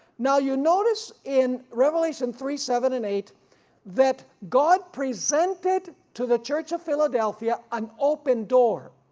now you notice in revelation three seven and eight that god presented to the church of philadelphia an open door,